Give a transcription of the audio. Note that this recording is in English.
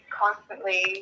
constantly